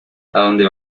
adonde